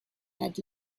had